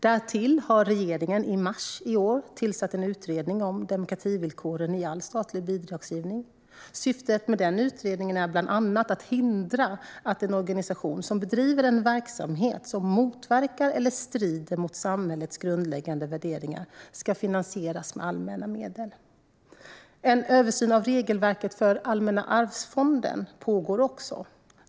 Därtill har regeringen i mars i år tillsatt en utredning om demokrativillkoren i all statlig bidragsgivning. Syftet med utredningen är bland annat att hindra att en organisation som bedriver en verksamhet som motverkar eller strider mot samhällets grundläggande värderingar ska finansieras med allmänna medel. En översyn av regelverket för Allmänna arvsfonden pågår också.